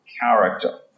character